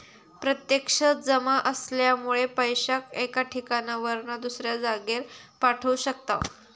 प्रत्यक्ष जमा असल्यामुळे पैशाक एका ठिकाणावरना दुसऱ्या जागेर पाठवू शकताव